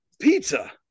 pizza